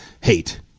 hate